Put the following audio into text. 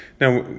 Now